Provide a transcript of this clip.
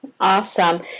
Awesome